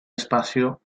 espacio